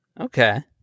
Okay